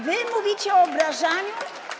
Wy mówicie o obrażaniu?